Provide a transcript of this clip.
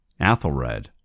Athelred